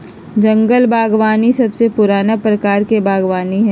जंगल बागवानी सबसे पुराना प्रकार के बागवानी हई